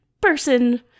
person